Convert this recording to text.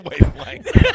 wavelength